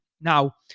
now